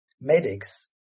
medics